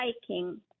hiking